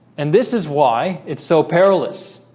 and this is why it's so perilous